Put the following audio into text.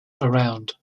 around